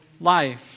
life